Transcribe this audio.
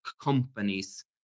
companies